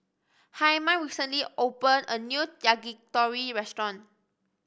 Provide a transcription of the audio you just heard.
Hyman recently opened a new Yakitori restaurant